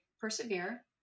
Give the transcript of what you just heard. persevere